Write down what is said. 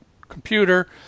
computer